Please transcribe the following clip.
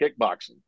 kickboxing